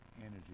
energy